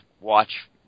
watch